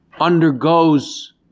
undergoes